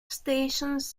stations